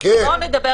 כן.